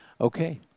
Okay